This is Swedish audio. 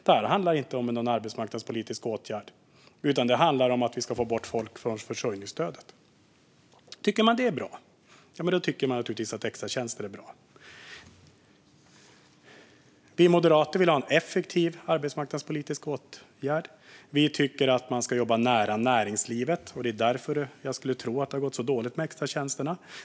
Det handlar inte om någon arbetsmarknadspolitisk åtgärd, utan det handlar om att vi ska få bort folk från försörjningsstödet. Tycker man att det är bra tycker man naturligtvis att extratjänster är bra. Vi moderater vill ha en effektiv arbetsmarknadspolitisk åtgärd. Vi tycker att man ska jobba nära näringslivet. Det är därför jag skulle tro att det har gått så dåligt med extratjänsterna.